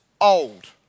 old